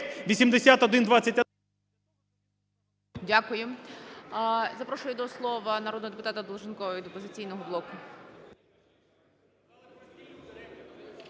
Дякую. Запрошую до слова народного депутата Долженкова від "Опозиційного блоку".